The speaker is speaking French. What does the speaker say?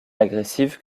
agressive